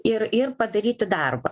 ir ir padaryti darbą